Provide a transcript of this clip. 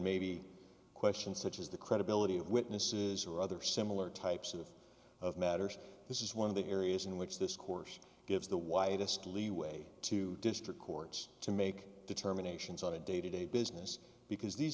maybe questions such as the credibility of witnesses or other similar types of of matters this is one of the areas in which this course gives the widest leeway to district courts to make determinations on a day to day business because these